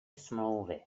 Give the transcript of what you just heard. smlouvy